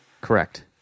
correct